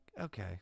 Okay